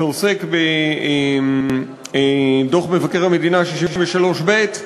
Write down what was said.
דוח מבקר המדינה 63ב,